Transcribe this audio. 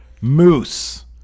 Moose